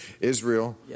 Israel